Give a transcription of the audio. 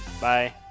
Bye